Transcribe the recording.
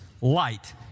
Light